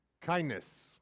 Kindness